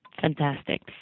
fantastic